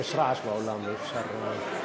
יש רעש באולם, אי-אפשר לדבר.